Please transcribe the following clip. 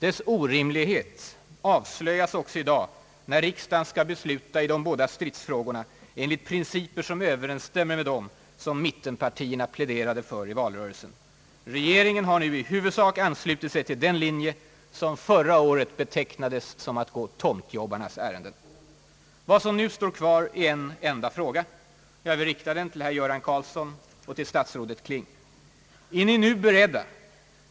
Dess orimlighet avslöjas också i dag när riksdagen skall besluta i de båda stridsfrågorna enligt principer som överensstämmer med dem som mittenpartierna pläderade för i valrörelsen. Regeringen har nu i huvudsak anslutit sig till' den linje som förra året betecknades som att gå tomtjobbarnas ärenden. Vad som nu står kvar är en enda fråga. Jag vill rikta den till herr Göran Karlsson och till statsrådet Kling. Är ni nu beredda.